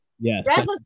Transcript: yes